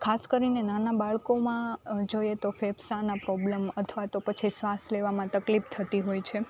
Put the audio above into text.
ખાસ કરીને નાના બાળકોમાં જોઈએ તો ફેફસામાં પ્રોબ્લેમ અથવા તો શ્વાસ લેવામાં તકલીફ થતી હોય છે